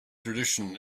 tradition